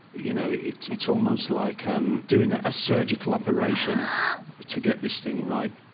you know it's it's almost like um doing a surgical operation to get this thing right.